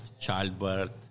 childbirth